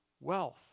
wealth